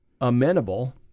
amenable